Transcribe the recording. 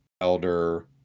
elder